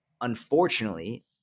unfortunately